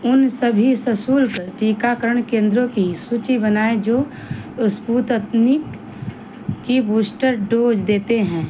उन सभी सशुल्क टीकाकरण केंद्रों की सूचि बनाएँ जो स्पुतनिक की बूस्टर डोज देते हैं